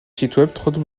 site